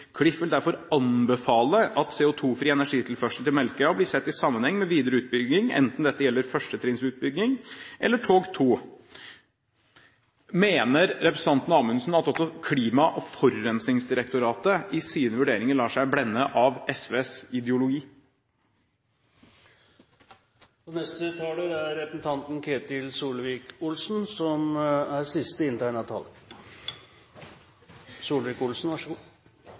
Klif vil derfor anbefale at CO2-fri energitilførsel til Melkøya blir sett i sammenheng med videre utbygging enten dette gjelder første trinns utbygging…eller Tog II.» Mener representanten Amundsen at også Klima- og forurensningsdirektoratet i sine vurderinger lar seg blende av SVs ideologi? Til tross for et sleivete innlegg fra forrige representant er